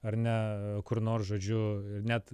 ar ne kur nors žodžiu net